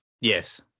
Yes